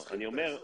אני אומר,